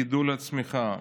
גידול וצמיחה".